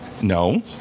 No